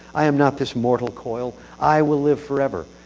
i am not this mortal coil. i will live forever.